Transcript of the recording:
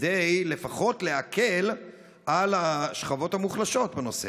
כדי להקל לפחות על השכבות המוחלשות בנושא.